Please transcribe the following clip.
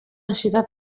necessitat